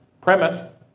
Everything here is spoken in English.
premise